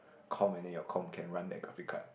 com and then your com can run that graphic card